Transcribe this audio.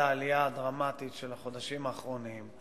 העלייה הדרמטית של החודשים האחרונים.